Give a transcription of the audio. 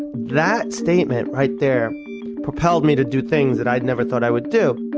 that statement right there propelled me to do things that i never thought i would do